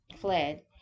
fled